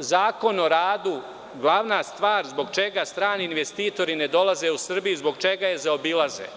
Zakon o radu glavna stvar zbog čega strani investitori ne dolaze u Srbiju, zbog čega je zaobilaze?